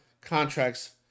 contracts